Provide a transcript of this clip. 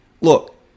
Look